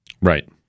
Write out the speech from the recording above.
Right